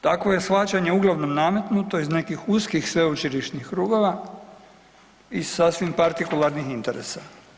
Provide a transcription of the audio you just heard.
Takvo je shvaćanje uglavnom nametnuto iz nekih uskih sveučilišnih krugova i sasvim partikularnih interesa.